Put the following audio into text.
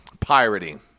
Pirating